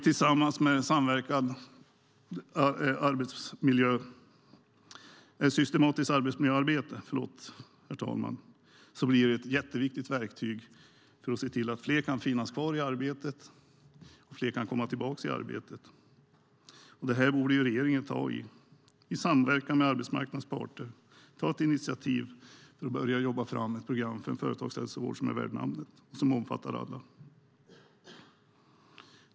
Tillsammans med ett systematiskt arbetsmiljöarbete blir den ett jätteviktigt verktyg för att se till att fler kan finnas kvar i arbete och fler kan komma tillbaka i arbete. Regeringen borde, i samverkan med arbetsmarknadens parter, ta ett initiativ till att börja jobba fram ett program för en företagshälsovård som är värd namnet och som omfattar alla.